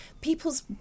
People's